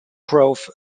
grove